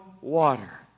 water